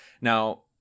Now